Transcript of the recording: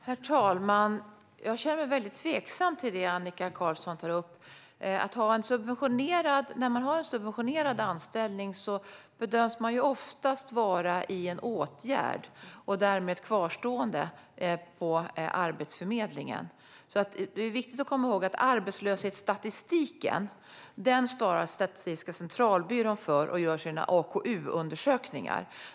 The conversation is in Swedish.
Herr talman! Jag känner mig väldigt tveksam till det Annika Qarlsson tar upp. När man har en subventionerad anställning bedöms man oftast vara i en åtgärd och därmed kvarstående på Arbetsförmedlingen. Det är viktigt att komma ihåg att det är Statistiska centralbyrån som ansvarar för arbetslöshetsstatistiken när de gör sina AKU-undersökningar.